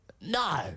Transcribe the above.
No